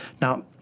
Now